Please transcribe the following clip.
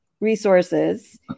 resources